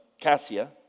cassia